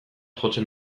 jotzen